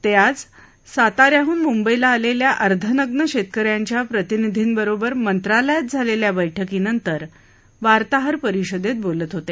ते आज साताऱ्यांहून मुंबईला आलेल्या अर्धनग्न शेतक यांच्या प्रतिनिधींबरोबर मंत्रालयात झालेल्या बैठकीनंतर वार्ताहर परिषदेत बोलत होते